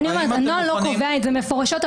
הנוהל לא קובע את זה מפורשות,